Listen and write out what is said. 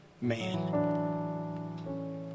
man